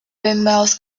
windmills